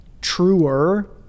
truer